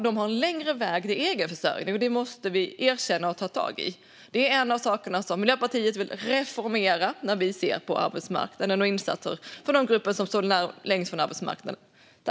De har en längre väg till egenförsörjning, och det måste vi erkänna och ta tag i. Det är en av sakerna som Miljöpartiet vill reformera när vi ser på arbetsmarknaden och insatser för de grupper som står längst från denna.